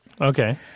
Okay